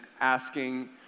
asking